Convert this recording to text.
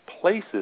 places